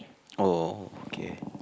oh okay